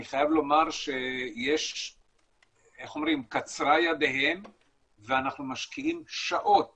חייב לומר שקצרה ידם ואנחנו משקיעים שעות